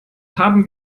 haben